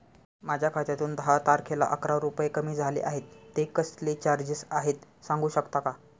माझ्या खात्यातून दहा तारखेला अकरा रुपये कमी झाले आहेत ते कसले चार्जेस आहेत सांगू शकता का?